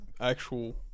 actual